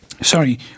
Sorry